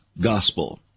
gospel